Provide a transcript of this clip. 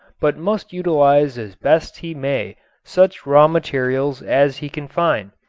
but must utilize as best he may such raw materials as he can find.